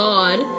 God